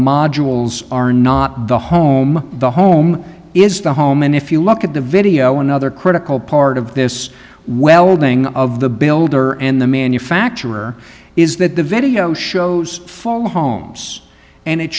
modules are not the home the home is the home and if you look at the video another critical part of this welding of the builder and the manufacturer is that the video shows follow homes and it